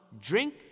drink